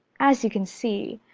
as you can see,